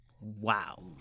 Wow